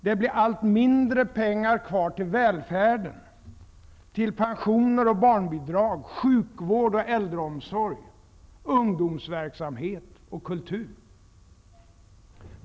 Det blir allt mindre pengar kvar till välfärden, till pensioner och barnbidrag, sjukvård och äldreomsorg, ungomsverksamhet och kultur.